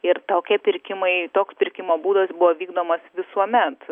ir tokie pirkimai toks pirkimo būdas buvo vykdomas visuomet